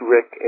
Rick